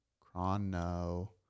chrono